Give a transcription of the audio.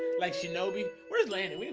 like shinobi where's lana i mean